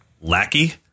lackey